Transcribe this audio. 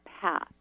path